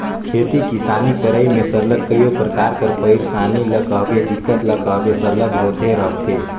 खेती किसानी करई में सरलग कइयो परकार कर पइरसानी ल कहबे दिक्कत ल कहबे सरलग होते रहथे